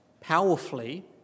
powerfully